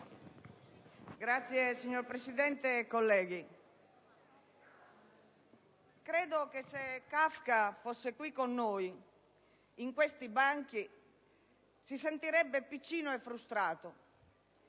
*(PD)*. Signor Presidente, colleghi, credo che, se Kafka fosse con noi su questi banchi, si sentirebbe piccino e frustrato,